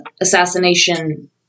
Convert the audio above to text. assassination